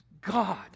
God